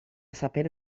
sapere